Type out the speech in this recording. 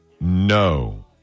No